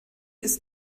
ist